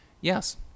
Yes